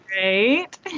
great